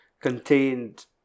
contained